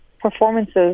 performances